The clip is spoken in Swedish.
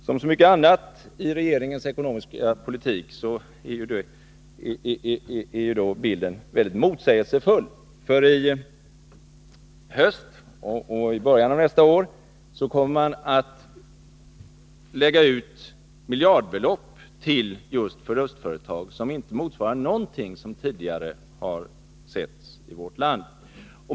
Som så mycket annat när det gäller regeringens ekonomiska politik är då bilden mycket motsägelsefull. I höst och i början av nästa år kommer man nämligen att till just förlustföretag lägga ut miljardbelopp, som inte motsvarar någonting som tidigare har setts i vårt land.